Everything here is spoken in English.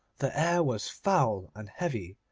the air was foul and heavy,